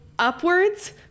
upwards